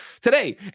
Today